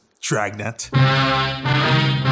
Dragnet